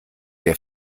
der